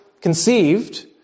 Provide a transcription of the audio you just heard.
conceived